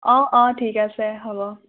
অ অ ঠিক আছে হ'ব